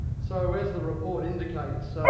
so, as the report indicates,